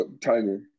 Tiger